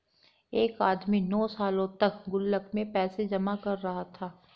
एक आदमी नौं सालों तक गुल्लक में पैसे जमा कर रहा था